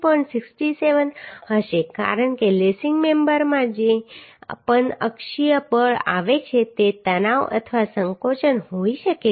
67 હશે કારણ કે લેસિંગ મેમ્બરમાં જે પણ અક્ષીય બળ આવે છે તે તણાવ અથવા સંકોચન હોઈ શકે છે